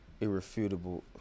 irrefutable